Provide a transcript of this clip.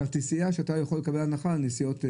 הכרטיסייה שאתה יכול לקבל הנחה על נסיעות עירוניות.